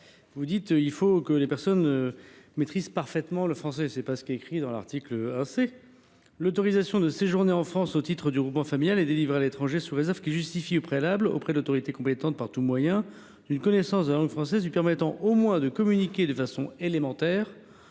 a assuré qu’il fallait que les personnes maîtrisent parfaitement le français. Ce n’est pas ce qui est écrit dans l’article 1 C :« L’autorisation de séjourner en France au titre du regroupement familial est délivrée à l’étranger sous réserve qu’il justifie au préalable, auprès de l’autorité compétente, par tout moyen, d’une connaissance de la langue française lui permettant au moins de communiquer de façon élémentaire,